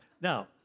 now